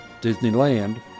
Disneyland